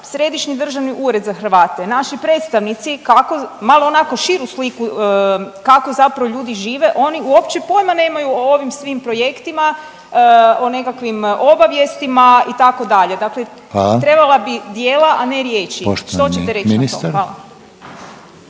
Središnji državni ured za Hrvate, naši predstavnici kako malo onako širu sliku kako zapravo ljudi žive oni uopće pojma nemaju o ovim svim projektima o nekakvim obavijestima itd., dakle trebala bi djela, a ne riječi. Što ćete reći na to?